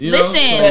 Listen